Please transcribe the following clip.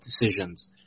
decisions